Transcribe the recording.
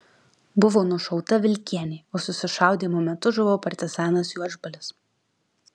buvo nušauta vilkienė o susišaudymo metu žuvo partizanas juodžbalis